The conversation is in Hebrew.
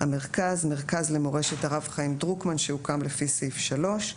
"המרכז" מרכז למורשת הרב חיים דרוקמן שהוקם לפי סעיף 3,